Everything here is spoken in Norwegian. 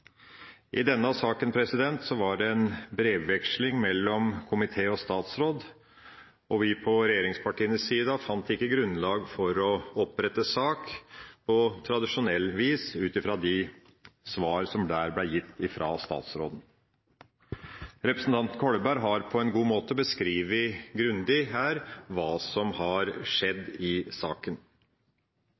I denne saken var det en brevveksling mellom komité og statsråd, og vi fant fra regjeringspartienes side ikke grunnlag for å opprette sak på tradisjonelt vis ut fra de svar som der ble gitt fra statsråden. Representanten Kolberg har her på en god måte beskrevet grundig hva som har skjedd i saken.